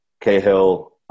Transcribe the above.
Cahill